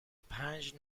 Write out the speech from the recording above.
پنج